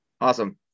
awesome